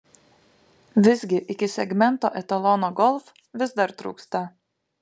visgi iki segmento etalono golf vis dar trūksta